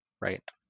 right